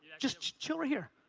just chill right here,